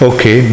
Okay